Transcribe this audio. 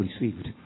received